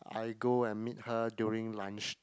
I go and meet her during lunch time